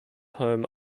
home